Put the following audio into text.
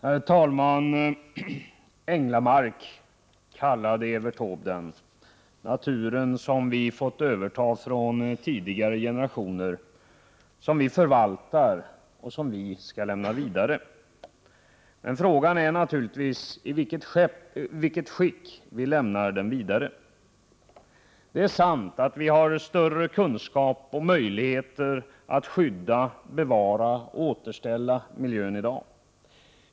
Herr talman! ”Änglamark” kallade Evert Taube den, naturen som vi har fått överta från tidigare generationer, som vi förvaltar och som vi skall lämna vidare. Frågan är naturligtvis: I vilket skick lämnar vi den vidare? Det är sant att vi har större kunskaper och möjligheter att skydda, bevara och återställa miljön i dag.